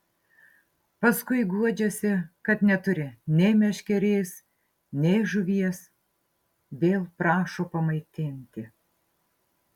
paskui guodžiasi kad neturi nei meškerės nei žuvies vėl prašo pamaitinti